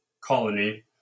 colony